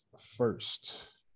first